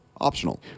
Optional